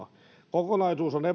on